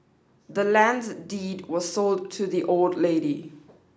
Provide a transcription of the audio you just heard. the land's deed was sold to the old lady